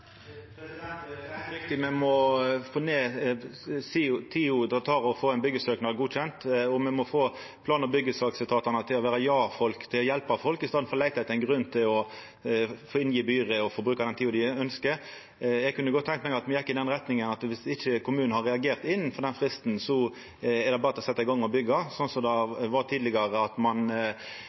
Det er heilt riktig – me må få ned tida det tek å få ein byggjesøknad godkjend, og me må få plan- og byggjesaksetatane til å vera ja-folk, til å hjelpa folk i staden for å leita etter ein grunn til å få inn gebyret og få bruka den tida dei ønskjer. Eg kunne godt tenkja meg at me gjekk i den retninga at viss ikkje kommunen har reagert innanfor fristen, er det berre å setja i gang og byggja, sånn som det var tidlegare, då ein sette press på kommunen. No set ein